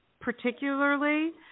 particularly